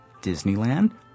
Disneyland